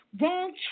wrong